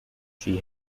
she